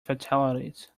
fatalities